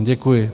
Děkuji.